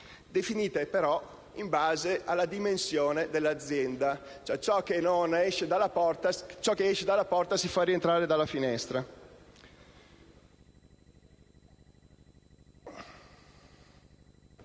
definite in base alla dimensione dell'azienda. Ciò che esce dalla porta si fa rientrare dalla finestra.